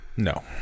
No